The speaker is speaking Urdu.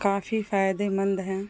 کافی فائدے مند ہیں